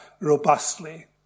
robustly